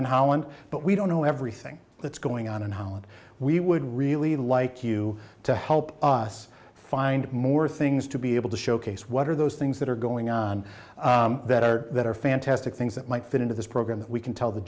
in holland but we don't know everything that's going on in holland we would really like you to help us find more things to be able to showcase what are those things that are going on that are that are fantastic things that might fit into this program that we can tell the